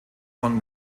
von